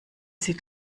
sieht